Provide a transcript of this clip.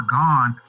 gone